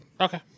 Okay